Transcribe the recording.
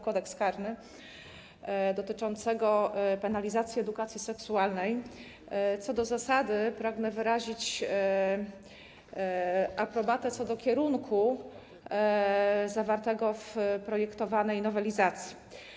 Kodeks karny dotyczącego penalizacji edukacji seksualnej, co do zasady pragnę wyrazić aprobatę dla kierunku przyjętego w projektowanej nowelizacji.